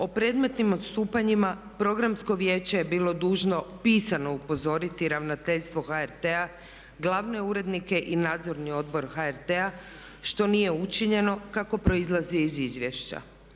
O predmetnim odstupanjima Programsko vijeće je bilo dužno pisano upozoriti Ravnateljstvo HRT-a, glavne urednike i Nadzorni odbor HRT-a što nije učinjeno kako proizlazi iz izvješća.